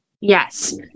Yes